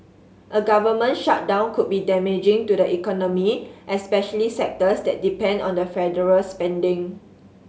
a government shutdown could be damaging to the economy especially sectors that depend on the federal spending